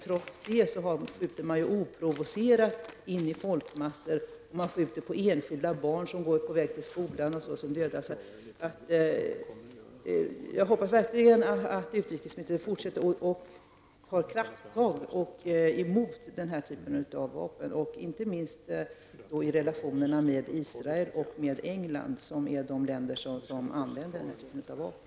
Trots detta skjuter man oprovocerat in i folkmassor, och man skjuter på enskilda barn som är på väg till skolan som då dödas. Jag hoppas verkligen att utrikesministern fortsätter och tar krafttag mot denna typ av vapen, inte minst i relationerna med England och Israel som är de länder som använder denna typ av vapen.